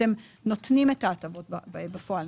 אתם נותנים את ההטבות בפועל,